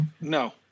No